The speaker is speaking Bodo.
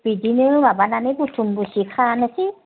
बिदिनो माबानानै बुथुम बुथि खानोसै